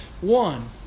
One